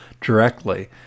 directly